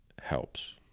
helps